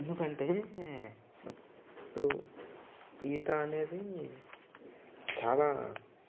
ఎందుకంటే ఇప్పుడు ఈత అనేది చాలా